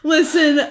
Listen